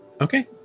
Okay